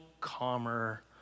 calmer